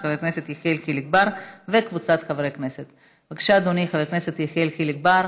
ועוברת לוועדת החינוך,